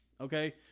okay